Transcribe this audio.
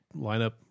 lineup